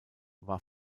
war